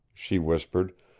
she whispered,